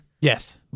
Yes